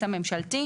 שריפה.